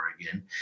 again